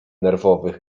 nerwowych